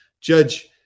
Judge